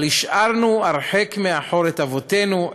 אבל השארנו הרחק מאחור את אבותינו,